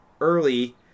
early